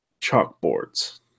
chalkboards